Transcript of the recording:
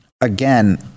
again